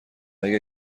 اگر